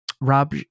Rob